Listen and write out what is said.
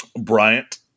Bryant